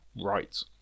right